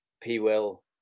P-Will